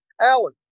Alan